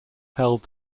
held